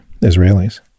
Israelis